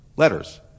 Letters